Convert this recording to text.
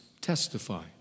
testify